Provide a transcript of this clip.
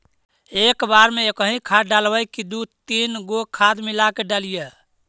एक बार मे एकही खाद डालबय की दू तीन गो खाद मिला के डालीय?